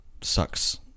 sucks